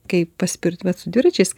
kaip paspirt bet su dviračiais